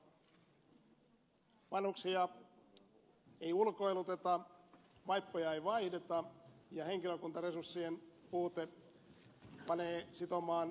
vanhuksia ei ulkoiluteta vaippoja ei vaihdeta ja henkilökuntaresurssien puute panee sitomaan vanhukset vuoteisiin